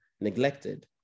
neglected